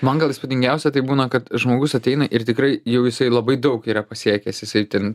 man gal įspūdingiausia tai būna kad žmogus ateina ir tikrai jau jisai labai daug yra pasiekęs jisai ten